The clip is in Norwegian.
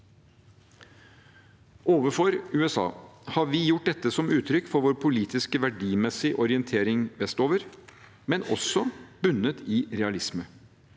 Overfor USA har vi gjort dette som uttrykk for vår politiske og verdimessige orientering vestover, men også bunnet i realisme.